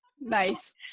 Nice